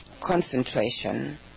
concentration